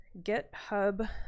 GitHub